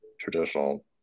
traditional